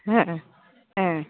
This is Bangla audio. হ্যাঁ হ্যাঁ